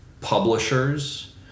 publishers